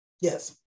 Yes